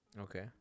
Okay